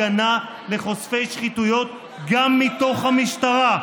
הגנה לחושפי שחיתויות גם מתוך המשטרה.